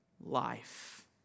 life